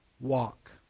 Walk